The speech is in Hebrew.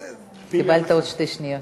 קיבלת עוד שתי שניות.